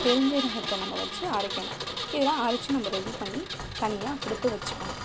பெருஞ்சீரகத்தை நம்ம வச்சு அரைக்கணும் இதெலாம் அரைச்சு நம்ப ரெடி பண்ணி தனியாக எடுத்து வச்சுக்கணும்